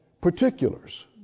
particulars